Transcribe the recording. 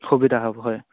সুবিধা হ'ব হয়